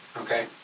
Okay